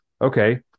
okay